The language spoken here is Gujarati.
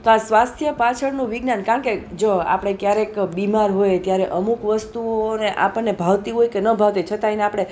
તો આ સ્વાસ્થ્ય પાછળનું વિજ્ઞાન કારણ કે જો આપણે ક્યારેક બીમાર હોઈએ ત્યારે અમુક વસ્તુઓને આપણને ભાવતી હોય કે ન ભાવતી હોય છતાં એને આપણે